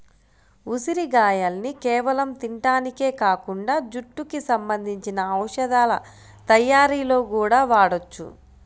ఉసిరిగాయల్ని కేవలం తింటానికే కాకుండా జుట్టుకి సంబంధించిన ఔషధాల తయ్యారీలో గూడా వాడొచ్చు